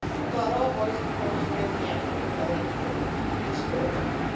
i thought all boys could throw straight naturally without any training. you dis courage me.